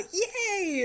yay